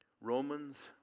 Romans